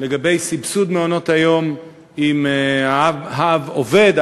לגבי סבסוד מעונות-היום אם האב עובד,